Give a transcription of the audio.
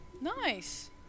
Nice